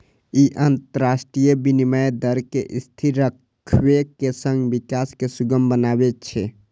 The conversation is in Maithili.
ई अंतरराष्ट्रीय विनिमय दर कें स्थिर राखै के संग विकास कें सुगम बनबै छै